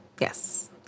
Yes